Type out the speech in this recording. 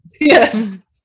Yes